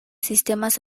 sistemas